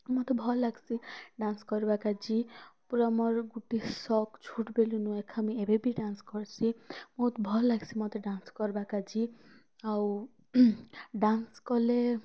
ମତେ ଭଲ୍ ଲାଗ୍ସି ଡ୍ୟାନ୍ସ୍ କର୍ବା କାଜି ପୂରା ମୋର୍ ଗୁଟେ ସଉକ୍ ଛୋଟ ବେଲୁନୁ ଏଖା ମୁଇଁ ଏବେ ବି ଡ୍ୟାନ୍ସ୍ କର୍ସି ବହୁତ୍ ଭଲ୍ ଲାଗ୍ସି ମୋତେ ଡ୍ୟାନ୍ସ୍ କର୍ବାକାଜି ଆଉ ଡ୍ୟାନ୍ସ୍ କଲେ